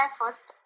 first